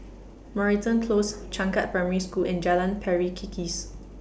Moreton Close Changkat Primary School and Jalan Pari Kikis